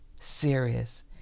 serious